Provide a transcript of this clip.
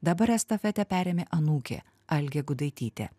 dabar estafetę perėmė anūkė algė gudaitytė